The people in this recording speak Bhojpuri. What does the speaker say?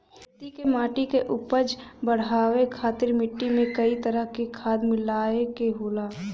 खेती क मट्टी क उपज बढ़ाये खातिर मट्टी में कई तरह क खाद मिलाये के होला